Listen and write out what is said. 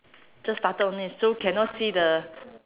just started only so cannot see the